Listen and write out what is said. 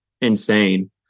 insane